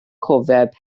cofeb